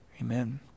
amen